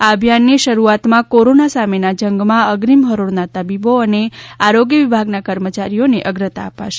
આ અભિયાનની શરૂઆતમાં કોરોના સામેના જંગમાં અગ્રમી હરોળના તબીબો અને આરોગ્ય વિભાગના કર્મચારીઓને અગ્રતા અપાશે